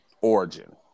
origin